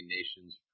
Nation's